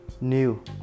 new